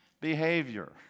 behavior